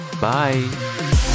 bye